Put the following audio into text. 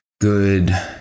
good